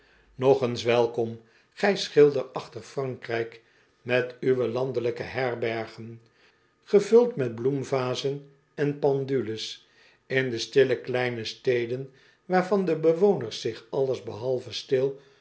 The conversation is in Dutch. nog eens welkom gij schilderachtig e r a n k r ij k met uwe landelijke herbergen gevuld met bloemvazen en pendules in de stille kleine steden waarvan de bewoners zich alles behalve stil